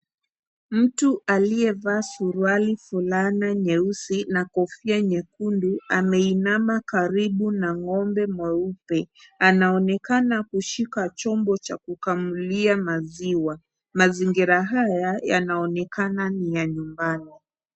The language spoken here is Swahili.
Mtu aliyevaa suruali, fulana nyeusi na kofia nyekundu, ameinama karibu na ng'ombe mweupe. Anaonekana kushika chombo cha kukamulia maziwa. Mazingira haya yanaonekana ni ya nyumbani.